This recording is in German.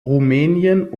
rumänien